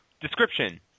Description